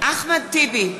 אחמד טיבי,